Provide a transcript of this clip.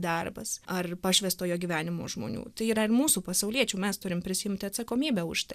darbas ar pašvęstojo gyvenimo žmonių tai yra ir mūsų pasauliečių mes turim prisiimti atsakomybę už tai